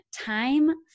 time